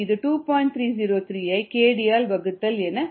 303 ஐ kd ஆல் வகுத்தல் என ஆகிறது